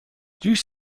جوش